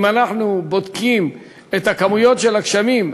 אם אנחנו בודקים את כמויות הגשמים,